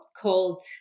called